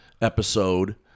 episode